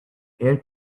air